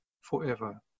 forever